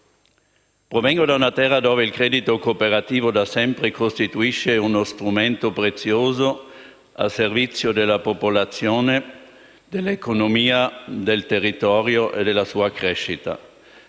Provengo da una terra dove il credito cooperativo da sempre costituisce uno strumento prezioso al servizio della popolazione, dell'economia, del territorio e della sua crescita.